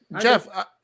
Jeff